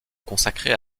consacrée